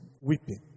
weeping